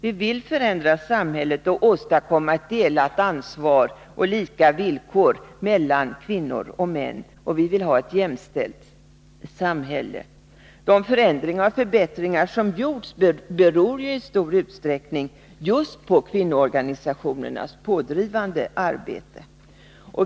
Vi vill förändra samhället och åstadkomma ett delat ansvar och lika villkor för kvinnor och män. Vi vill ha ett jämställt samhälle. De förändringar och förbättringar som gjorts beror i stor utsträckning just på kvinnoorganisationernas pådrivande arbete.